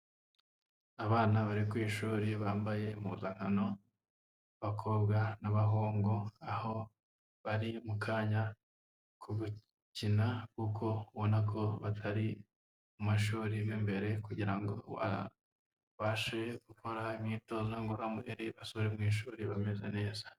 Abana bari ku ishuri bambaye impuzankano, abakobwa n'abahungu, aho bari mukanya ko gukina kuko ubona ko batari mu mashuri mo imbere, kugira babashe gukora imyitozo ngororamubiri, basubire mu ishuri bameze neza.